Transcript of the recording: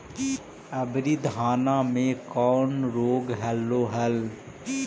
अबरि धाना मे कौन रोग हलो हल?